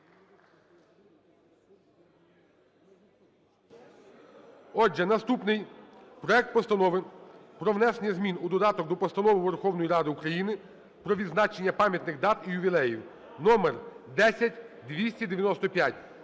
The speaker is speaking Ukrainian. Отже, наступний. Проект Постанови про внесення змін у додаток до Постанови Верховної Ради України про відзначення пам'ятних дат і ювілеїв (№ 10295).